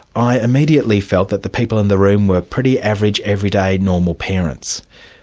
i immediately felt that the people in the room were pretty average, everyday, normal parents.